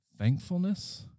Thankfulness